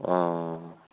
अ